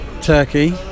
Turkey